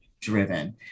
driven